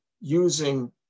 using